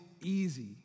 easy